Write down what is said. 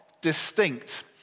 distinct